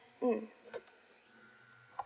mm